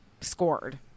scored